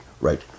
right